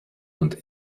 und